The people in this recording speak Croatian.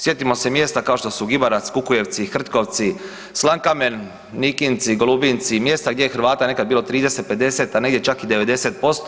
Sjetimo se mjesta kao što su Gibarac, Kukujevci, Hrtkovci, Slankamen, Nikinci, Golubinci, mjesta gdje je Hrvata nekad bilo 30, 50, a negdje čak i 90%